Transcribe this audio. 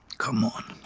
come on